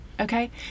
okay